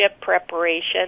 preparation